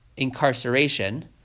incarceration